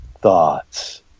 thoughts